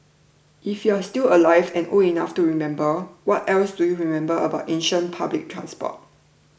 if you're still alive and old enough to remember what else do you remember about ancient public transport